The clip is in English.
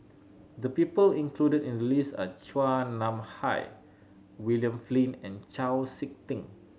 the people included in list are Chua Nam Hai William Flint and Chau Sik Ting